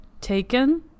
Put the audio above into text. taken